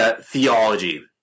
theology